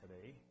today